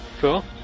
Cool